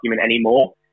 anymore